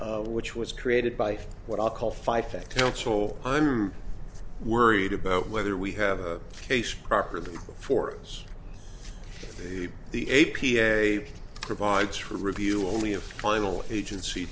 l which was created by what i call five fact helpful i'm worried about whether we have a case properly for us the the a p a p provides for review only a final agency